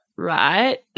Right